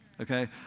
Okay